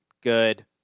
Good